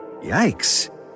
Yikes